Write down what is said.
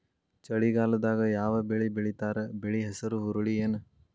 ಚಳಿಗಾಲದಾಗ್ ಯಾವ್ ಬೆಳಿ ಬೆಳಿತಾರ, ಬೆಳಿ ಹೆಸರು ಹುರುಳಿ ಏನ್?